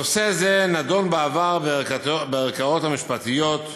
נושא זה נדון בעבר בערכאות המשפטיות,